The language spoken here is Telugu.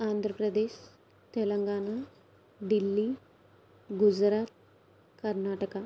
ఆంధ్రప్రదేశ్ తెలంగాణ ఢిల్లీ గుజరాత్ కర్ణాటక